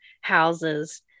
houses